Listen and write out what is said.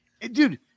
dude